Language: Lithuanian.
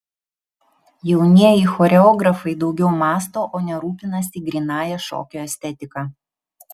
jaunieji choreografai daugiau mąsto o ne rūpinasi grynąja šokio estetika